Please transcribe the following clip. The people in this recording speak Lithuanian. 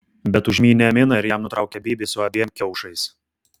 bet užmynė miną ir jam nutraukė bybį su abiem kiaušais